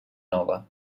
nova